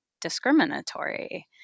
discriminatory